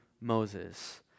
Moses